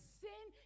sin